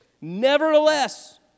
Nevertheless